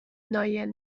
نایل